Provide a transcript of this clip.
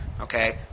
okay